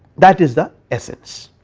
that is the essence.